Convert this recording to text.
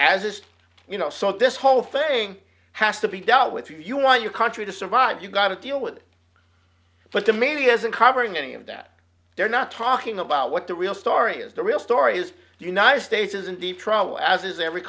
as you know so this whole thing has to be dealt with if you want your country to survive you've got to deal with it but the media isn't covering any of that they're not talking about what the real story is the real story is the united states is in deep trouble as is every